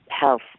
health